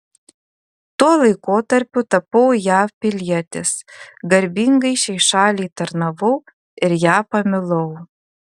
tuo laikotarpiu tapau jav pilietis garbingai šiai šaliai tarnavau ir ją pamilau